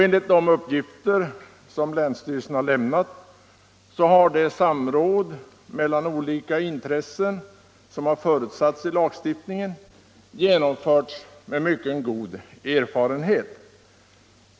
Enligt de uppgifter som länsstyrelsen lämnat har det samråd mellan olika intressen som förutsätts i lagstiftningen genomförts med mycket god erfarenhet.